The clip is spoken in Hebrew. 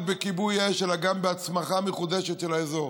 בכיבוי אש אלא גם בהצמחה מחודשת של האזור.